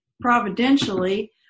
providentially